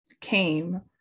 came